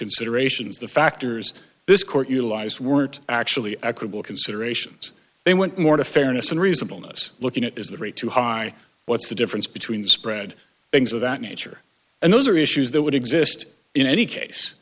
considerations the factors this court utilized weren't actually i could well considerations they went more to fairness and reasonable nice looking at is the rate too high what's the difference between the spread things of that nature and those are issues that would exist in any case